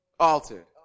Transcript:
Altered